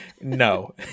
No